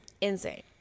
insane